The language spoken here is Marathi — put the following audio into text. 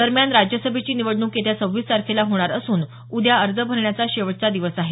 दरम्यान राज्यसभेची निवडणूक येत्या सव्वीस तारखेला होणार असून उद्या अजे भरण्याचा शेवटचा दिवस आहे